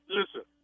listen